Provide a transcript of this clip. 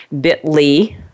bit.ly